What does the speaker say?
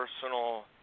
personal